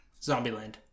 Zombieland